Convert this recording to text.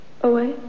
away